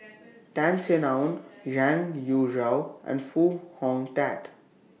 Tan Sin Aun and Foo Hong Tatt